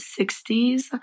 60s